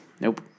Nope